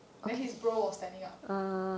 then his bro was standing up